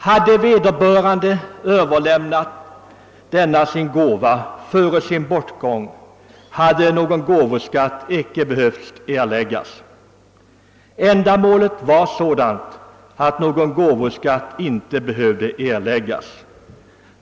Hade vederbörande överlämnat denna gåva före sin bortgång, hade någon gåvoskatt icke behövt erläggas. Ändamålet var sådant att någon gåvoskatt inte skulle utgå.